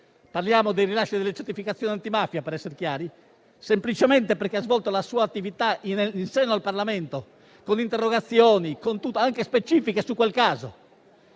parliamo del rilascio delle certificazioni antimafia. E questo semplicemente perché ha svolto la sua attività in seno al Parlamento, con interrogazioni anche specifiche su quel caso,